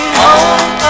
home